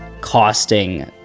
costing